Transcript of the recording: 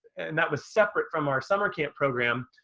and that was separate from our summer camp program.